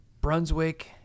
brunswick